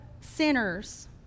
sinners